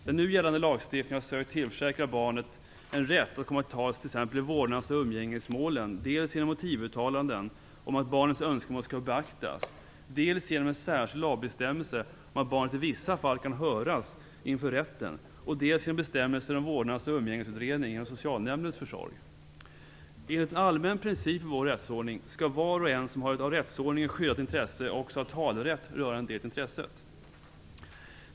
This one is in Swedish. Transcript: Den nu gällande lagstiftningen har sökt tillförsäkra barnen en rätt att komma till tals t.ex. i vårdnads och umgängesmål dels genom motivuttalanden om att barnets önskemål skall beaktas, dels genom en särskild lagbestämmelse om att barnet i vissa fall kan höras inför rätten, dels genom bestämmelser om vårdnads och umgängesutredning genom socialnämndens försorg. Enligt en allmän princip i vår rättsordning skall var och en som har ett av rättsordningen skyddat intresse också ha talerätt rörande det intresset.